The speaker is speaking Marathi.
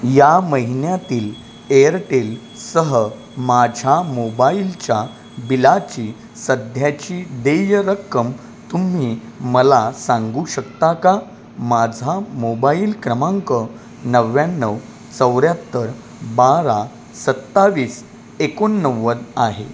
या महिन्यातील एअरटेलसह माझ्या मोबाईलच्या बिलाची सध्याची देय रक्कम तुम्ही मला सांगू शकता का माझा मोबाईल क्रमांक नव्याण्णव चौऱ्याहत्तर बारा सत्तावीस एकोणनव्वद आहे